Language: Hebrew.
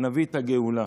נביא את הגאולה.